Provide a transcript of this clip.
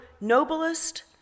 noblest